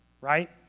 right